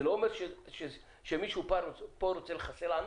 זה לא אומר שמישהו פה רוצה לחסל את הענף.